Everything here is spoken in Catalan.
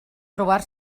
trobar